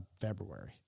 February